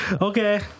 Okay